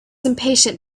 impatient